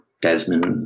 Desmond